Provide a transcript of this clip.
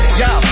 yo